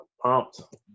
pumped